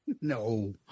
No